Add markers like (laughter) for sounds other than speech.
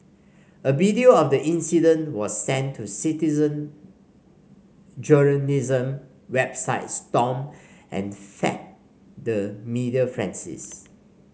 a video of the incident was sent to citizen journalism website Stomp and fed the media (unintelligible)